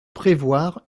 prévoir